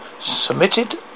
submitted